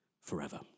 forever